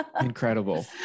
Incredible